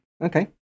Okay